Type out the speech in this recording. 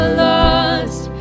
lost